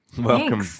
Welcome